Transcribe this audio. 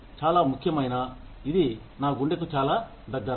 చాలా ముఖ్యమైన ఇది నా గుండెకు చాలా దగ్గర